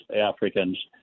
Africans